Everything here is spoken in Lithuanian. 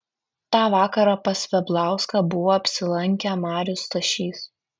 tą vakarą pas veblauską buvo apsilankę marius stašys